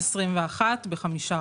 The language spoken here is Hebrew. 2021 ב-5%.